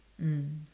mm